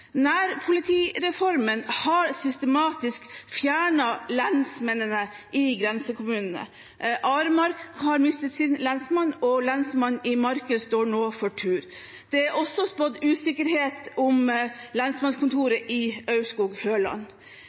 Nærpolitireformen har systematisk fjernet lensmennene i grensekommunene. Aremark har mistet sin lensmann, og lensmannen i Marker står nå for tur. Det er også spådd usikkerhet om lensmannskontoret i